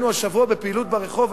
היינו השבוע בפעילות ברחוב,